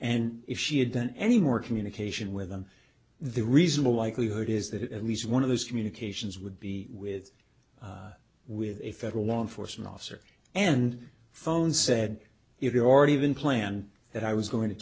and if she had done any more communication with them the reasonable likelihood is that at least one of those communications would be with with a federal law enforcement officer and phone said if you already even plan that i was going to